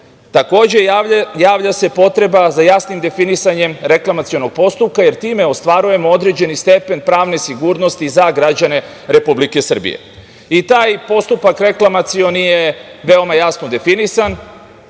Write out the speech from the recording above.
takođe javlja se potreba za jasnim definisanjem reklamacionog postupka, jer time ostvarujemo određeni stepen pravne sigurnosti za građane Republike Srbije. Taj postupak reklamacioni je veoma jasno definisan.